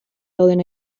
dauden